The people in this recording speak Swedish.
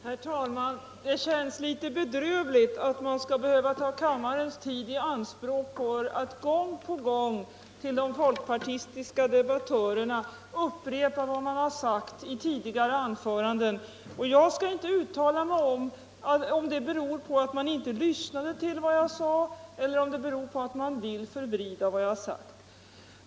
Herr talman! Det känns litet bedrövligt att behöva ta kammarens tid i anspråk för att gång på gång upprepa för de folkpartistiska debattörerna vad man har sagt i tidigare anföranden. Jag skall inte uttala mig om huruvida deras uttalanden beror på att de inte lyssnade till vad jag sade eller på att de vill förvrida vad jag sade.